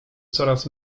coraz